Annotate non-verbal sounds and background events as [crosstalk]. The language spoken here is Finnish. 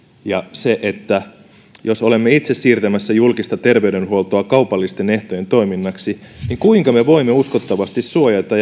ja se jos olemme itse siirtämässä julkista terveydenhuoltoa kaupallisten ehtojen toiminnaksi kuinka me voimme uskottavasti suojata [unintelligible]